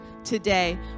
today